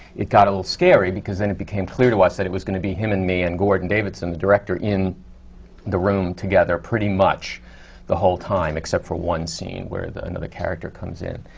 it got a little scary, because then it became clear to us that it was going to be him and me and gordon davidson, the director, in the room together, pretty much the whole time, except for one scene where another character comes in.